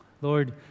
Lord